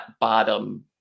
bottom